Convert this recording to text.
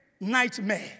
nightmare